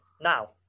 now